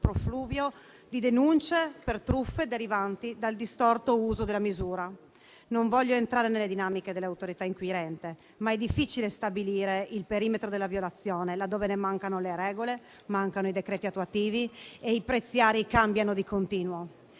profluvio di denunce per truffe derivanti dal distorto uso della misura. Non voglio entrare nelle dinamiche dell'autorità inquirente, ma è difficile stabilire il perimetro della violazione laddove mancano le regole, i decreti attuativi e i prezziari cambiano di continuo.